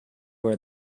wear